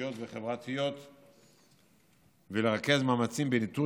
רגשיות וחברתיות ולרכז מאמצים בניטור